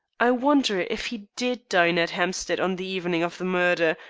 i wonder if he did dine at hampstead on the evening of the murder,